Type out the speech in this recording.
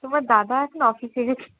তোমার দাদা এখন অফিসে গেছে